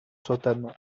sótano